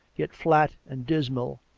yet flat and dismal,